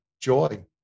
joy